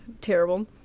terrible